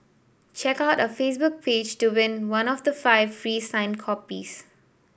check out our Facebook page to win one of the five free signed copies